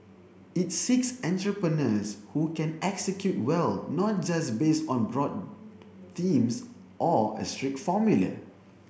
it seeks entrepreneurs who can execute well not just based on broad themes or a strict formula